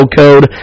code